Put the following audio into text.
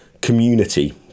community